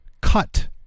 Cut